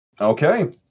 Okay